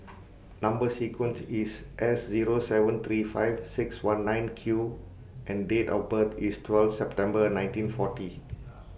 Number sequence IS S Zero seven three five six one nine Q and Date of birth IS twelve September nineteen forty